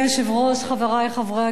חברי חברי הכנסת,